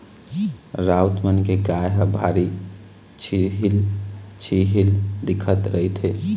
राउत मन के गाय ह भारी छिहिल छिहिल दिखत रहिथे